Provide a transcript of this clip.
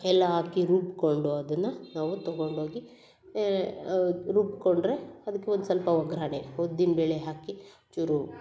ಎಲ್ಲ ಹಾಕಿ ರುಬ್ಕೊಂಡು ಅದನ್ನು ನಾವು ತಗೊಂಡು ಹೋಗಿ ರುಬ್ಕೊಂಡರೆ ಅದಕ್ಕೆ ಒಂದು ಸ್ವಲ್ಪ ಒಗ್ಗರಣೆ ಉದ್ದಿನ್ ಬೇಳೆ ಹಾಕಿ ಚೂರು